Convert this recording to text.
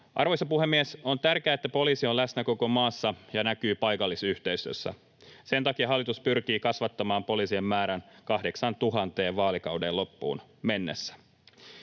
Arvoisa puhemies! On tärkeää, että poliisi on läsnä koko maassa ja näkyy paikallisyhteisössä. Sen takia hallitus pyrkii kasvattamaan poliisien määrän 8 000:een vaalikauden loppuun mennessä.